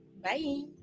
Bye